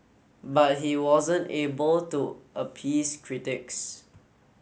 but he wasn't able to appease critics